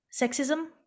sexism